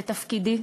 ותפקידי,